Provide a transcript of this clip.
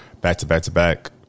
Back-to-back-to-back